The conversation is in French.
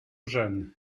jeunes